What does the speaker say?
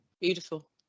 beautiful